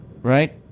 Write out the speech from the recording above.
Right